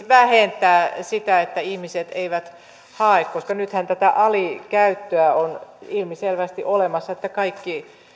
vähentää sitä että ihmiset eivät hae koska nythän tätä alikäyttöä on ilmiselvästi olemassa että kaikki